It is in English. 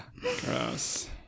Gross